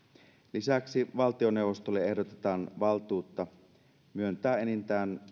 lisäksi valtioneuvostolle ehdotetaan valtuutta myöntää enintään